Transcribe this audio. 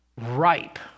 ripe